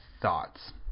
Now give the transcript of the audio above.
thoughts